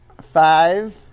Five